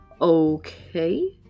Okay